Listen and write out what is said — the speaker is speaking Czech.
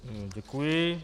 Děkuji.